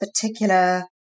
particular